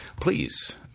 please